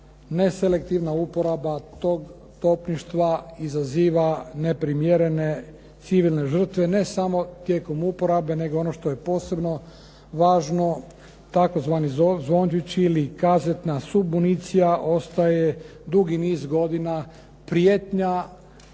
neselektivna uporaba tog topništva izaziva neprimjerene civilne žrtve ne samo tijekom uporabe, nego ono što je posebno važno tzv. zvončići ili kazetna submunicija ostaje dugi niz godina prijetnja